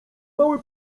mały